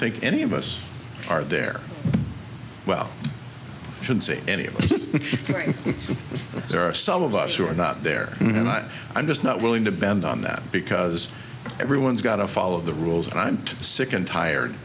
think any of us are there well should see any of them there are some of us who are not they're not i'm just not willing to bend on that because everyone's got to follow the rules and i'm sick and tired